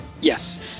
yes